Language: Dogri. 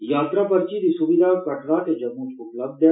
यात्रा पर्ची दी स्विधा कटड़ा ते जम्मू च उपलब्ध ऐ